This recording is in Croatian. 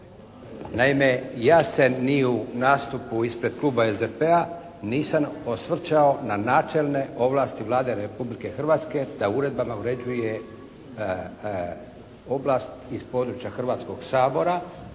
Naime, ja se ni u nastupu ispred kluba SDP-a nisam osvrćao na načelne ovlasti Vlade Republike Hrvatske da uredbama uređuje oblast iz područja Hrvatskog sabora.